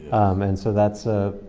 and so that's a,